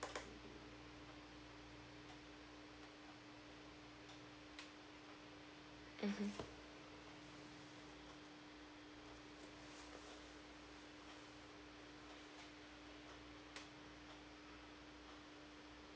mmhmm